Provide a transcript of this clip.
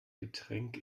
getränk